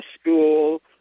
school